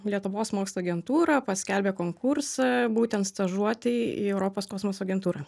lietuvos mokslo agentūra paskelbė konkursą būtent stažuotei į europos kosmoso agentūrą